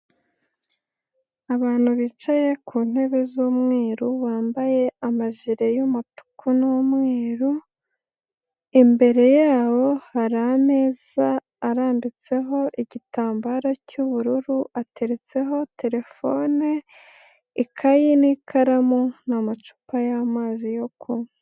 Abantu bicaye ku ntebe z'umweru bambaye amajire y'umutuku n'umweru, imbere yabo hari ameza arambitseho igitambaro cy'ubururu, ateretseho terefone, ikayi n'ikaramu n'amacupa y'amazi yo kunywa.